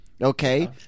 okay